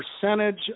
percentage